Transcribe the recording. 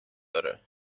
داره